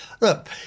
Look